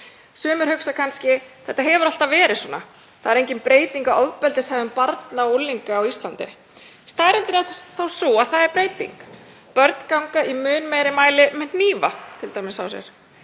Sumir hugsa kannski: Þetta hefur alltaf verið svona. Það er engin breyting á ofbeldishegðun barna og unglinga á Íslandi. Staðreyndin er þó sú að það er breyting. Börn ganga t.d. í mun meira mæli með hnífa á sér.